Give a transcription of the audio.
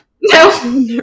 No